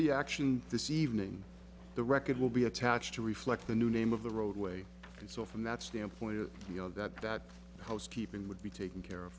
the action this evening the record will be attached to reflect the new name of the roadway and so from that standpoint it you know that that housekeeping would be taken care of